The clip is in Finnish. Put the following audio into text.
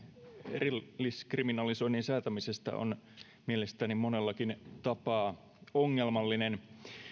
erilliskriminalisoinnin säätämisestä on mielestäni monellakin tapaa ongelmallinen